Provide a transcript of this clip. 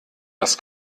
das